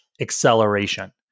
acceleration